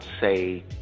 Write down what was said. say